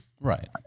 Right